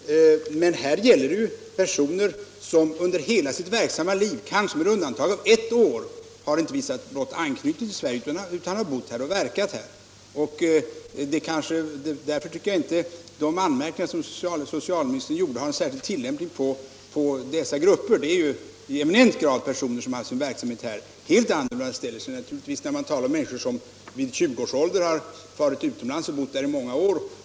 Men vad det här gäller är personer som under hela sitt verksamma liv — kanske med undantag av ett år — inte blott haft anknytning till Sverige utan också bott och verkat här. Därför tycker jag inte att de anmärkningar som socialministern gjorde har någon tillämpning på dessa grupper. Det är i eminent grad personer som haft sin verksamhet här. Helt annorlunda ställer det sig naturligtvis när det gäller människor som sedan 20-årsåldern haft sin verksamhet utomlands.